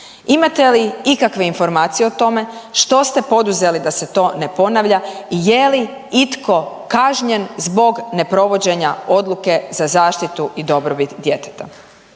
Imate li ikakve informacije o tome što ste poduzeli da se to ne ponavlja i je li itko kažnjen zbog neprovođenja odluke za zaštitu i dobrobit djeteta?